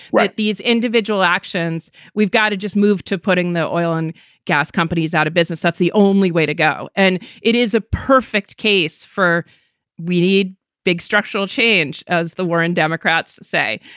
right. these individual actions, we've got to just move to putting the oil and gas companies out of business. that's the only way to go. and it is a perfect case for we need big structural change. as the warren democrats say,